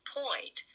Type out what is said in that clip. point